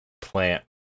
plant